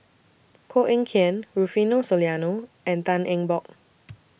Koh Eng Kian Rufino Soliano and Tan Eng Bock